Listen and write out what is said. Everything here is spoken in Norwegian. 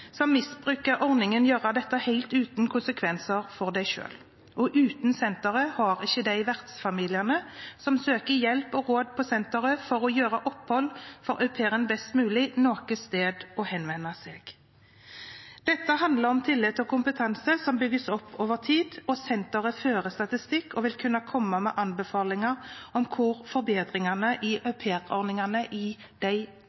som misbruker ordningen, gjøre dette helt uten konsekvenser for dem selv, og uten senteret har ikke de vertsfamiliene som søker hjelp og råd på senteret for å gjøre opphold for au pair-en best mulig, noe sted å henvende seg. Dette handler om tillit og kompetanse som bygges opp over tid, og senteret fører statistikk og vil kunne komme med anbefalinger om hvor forbedringene i aupairordningene i de